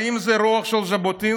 האם זו הרוח של ז'בוטינסקי?